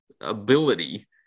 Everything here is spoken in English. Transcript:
ability